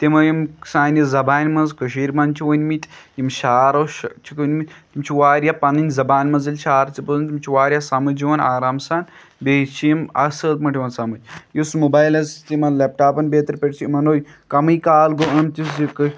تِمو یِم سانہِ زبانہِ منٛز کٔشیٖرِ منٛز چھِ ؤنمٕتۍ یِم شعرو چھِکھ ؤنمٕتۍ تِم چھِ واریاہ پَنٕںۍ زبان منٛزٕ ییٚلہِ شعر چھِ بوزان تِم چھِ واریاہ سَمٕجھ یِوان آرام سان بیٚیہِ چھِ یِم اَصٕل پٲٹھۍ یِوان سَمٕجھ یُس موبایلَس یِمَن لیٚپٹاپَن بیترِ پٲٹھۍ چھِ یِم اَنو کَمٕے گوٚو ٲمتِس یہِ